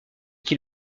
qui